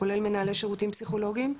כולל מנהלי שירותים פסיכולוגיים.